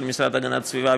של המשרד להגנת הסביבה,